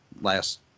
last